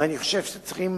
ואני חושב שצריכים